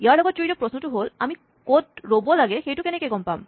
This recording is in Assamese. ইয়াৰ লগত জড়িত প্ৰশ্নটো হ'ল আমি ক'ত ৰ'ব লাগে সেইটো কেনেকে গম পাম